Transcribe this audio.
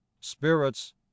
Spirits